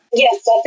Yes